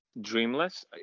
dreamless